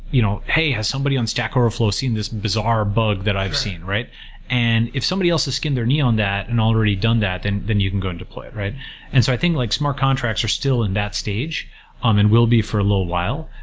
you know hey, has somebody on stack overflow seen this bizarre bug that i've seen? and if somebody else has skinned their knee on that and already done that, and then you can go and deploy it. and so i think like smart contracts are still in that stage um and will be for a little while.